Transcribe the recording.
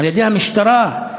על-ידי המשטרה,